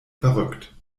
verrückt